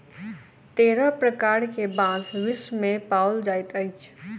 तेरह प्रकार के बांस विश्व मे पाओल जाइत अछि